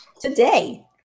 Today